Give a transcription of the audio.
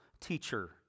teacher